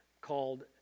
called